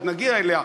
עוד נגיע אליה,